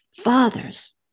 fathers